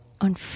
on